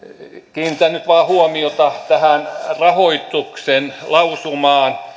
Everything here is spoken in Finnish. kiinnitän nyt vain huomiota tähän rahoituksen lausumaan